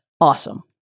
Awesome